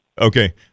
Okay